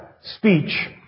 speech